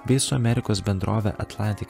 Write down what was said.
bei su amerikos bendrove atlantik